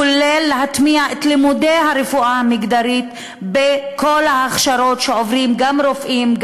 כולל להטמיע את לימודי הרפואה המגדרית בכל ההכשרות שעוברים רופאים,